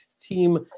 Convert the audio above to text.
team